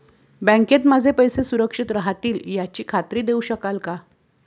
बँकेत माझे पैसे सुरक्षित राहतील याची खात्री देऊ शकाल का?